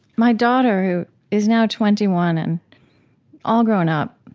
my daughter, who is now twenty one and all grown up,